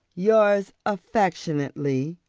yours affectionately